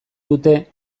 dute